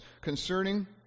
concerning